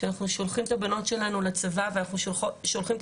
שאנחנו שולחים את הבנות שלנו לצבא ואנחנו שולחים את